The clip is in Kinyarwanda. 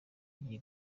iyi